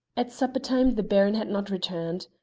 at supper-time the baron had not returned.